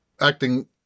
acting